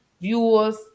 viewers